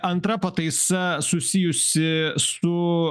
antra pataisa susijusi su